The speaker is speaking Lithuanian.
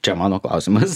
čia mano klausimas